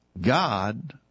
God